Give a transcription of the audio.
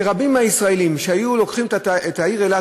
שרבים מהישראלים שהיו לוקחים את העיר אילת